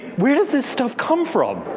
where does this stuff come from.